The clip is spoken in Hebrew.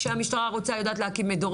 כשהמשטרה רוצה היא יודעת להקים מדורים